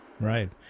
Right